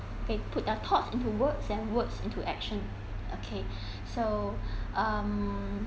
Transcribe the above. they put their thoughts into words and words into action okay so um